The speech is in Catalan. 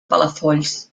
palafolls